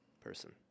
person